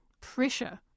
pressure